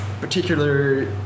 particular